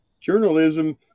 Journalism